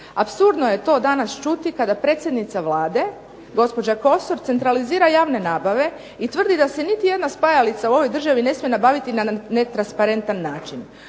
Apsurdno je to danas čuti kada predsjednica Vlade gospođa Kosor centralizira javne nabave i tvrdi da se niti jedna spajalica u ovoj državi ne smije nabaviti na netransparentan način.